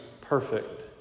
perfect